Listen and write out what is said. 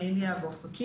מעיליא ואופקים.